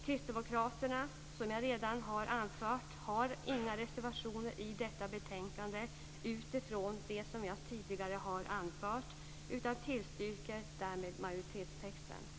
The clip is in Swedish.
Kristdemokraterna har inga reservationer i detta betänkande, vilket jag redan har anfört, utan jag yrkar bifall till utskottets hemställan i betänkandet.